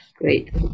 great